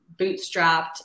bootstrapped